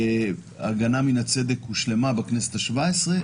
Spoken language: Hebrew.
הגנה מן הצדק הושלמה בכנסת ה-17,